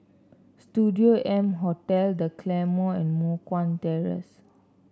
Studio M Hotel The Claymore and Moh Guan Terrace